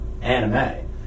anime